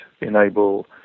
enable